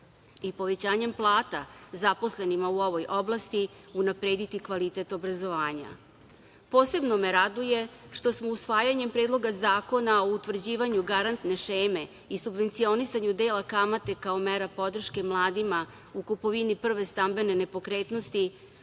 i povećanjem plata zaposlenima u ovoj oblasti unaprediti kvalitet obrazovanja. Posebno me raduje što smo usvajanjem Predloga zakona o utvrđivanju garantne šeme i subvencionisanju dela kamate kao mera podrške mladima u kupovini prve stambene nepokretnosti